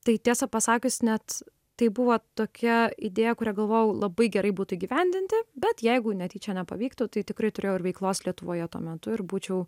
tai tiesą pasakius net tai buvo tokia idėja kurią galvojau labai gerai būtų įgyvendinti bet jeigu netyčia nepavyktų tai tikrai turėjau ir veiklos lietuvoje tuo metu ir būčiau